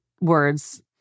words